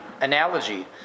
analogy